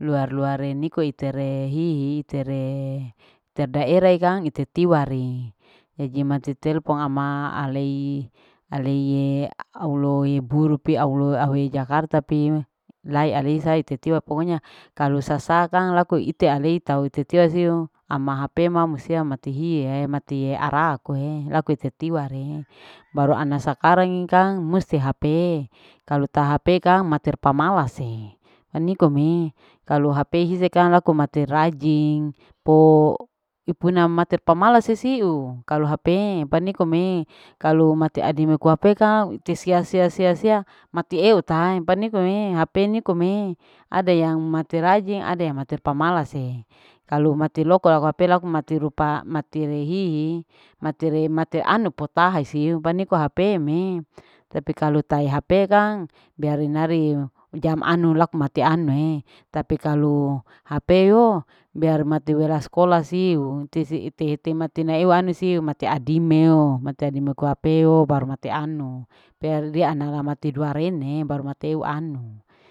luar-luare niko itere hihi. itere terdaera kang ite tiwari jadi mati telpon ama alei-alei auloi buru pi aulo auwe jakarta pi lai aileisa ite tiwa pokonya kalu sasakang laku ite alae tau ite tiwa siu ama hp ma musea mate hie mati arakue he laku ite tiware baru ana sakarang ni kang musti hp kalu taha hp kang mater pamalase panikome kalu hp hise kang laku mate rajing po ipuna mater pamalas sesiu kalu hp panikome kalu mati adimiko hp kang ite sea. sea. sea. sea mati eu tae panikome hp nikome ada yang mate rajin. ada yang mater pamalase kalu mate loko au laku hp laku mati rupa matire hihi. matire mati anu potahe siu paniko hp me tapi kalu tae hp kang biar nirari jam anu laku mate anue tapi kalu hp yo biar mati wela skola siu tisi ite ite mati naewa anu siu mati adimeo-mati adimeo ko hp o baru mate anu pea ri anu ala mati dua rene baru mateu anu